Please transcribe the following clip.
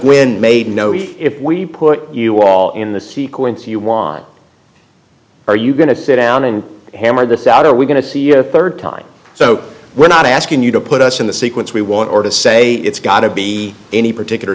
know if we put you all in the sequence you want are you going to sit down and hammer this out are we going to see a third time so we're not asking you to put us in the sequence we want to say it's got to be any particular